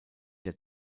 der